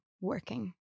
working